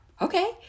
Okay